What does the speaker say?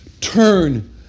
turn